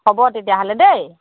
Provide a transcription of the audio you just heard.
হ'ব তেতিয়াহ'লে দেই